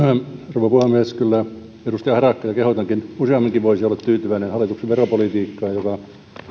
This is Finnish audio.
rouva puhemies kyllä edustaja harakka kehotankin voisi useamminkin olla tyytyväinen hallituksen veropolitiikkaan joka